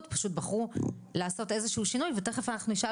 פשוט בחרו לעשות איזה שהוא שינוי ותיכף אנחנו נשאל